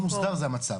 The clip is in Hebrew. לא מוסדר זה המצב.